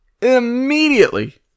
immediately